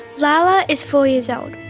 lala is four years old.